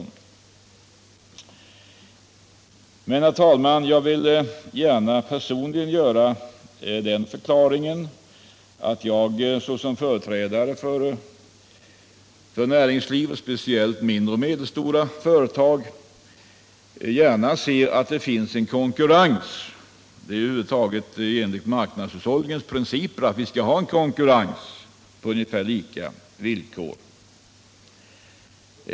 Men, herr talman, jag vill gärna personligen avge den förklaringen, att jag såsom företrädare för näringslivet, speciellt för de mindre och de medelstora företagen, gärna ser att det finns konkurrens. Enligt marknadshushållningens principer skall vi ha en konkurrens på lika villkor.